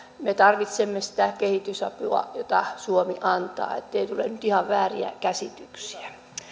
me tarvitsemme sitä kehitysapua jota suomi antaa ettei tule nyt ihan vääriä käsityksiä